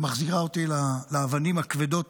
מחזירה אותי לאבנים הכבדות